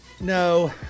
No